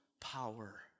power